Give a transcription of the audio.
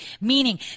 meaning